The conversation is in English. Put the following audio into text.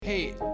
Hey